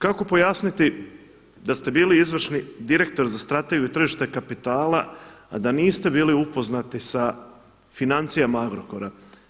Kako pojasniti da ste bili izvršni direktor za strategiju i tržište kapitala a da niste bili upoznati sa financijama Agrokora.